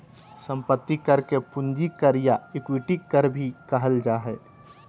संपत्ति कर के पूंजी कर या इक्विटी कर भी कहल जा हइ